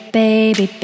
baby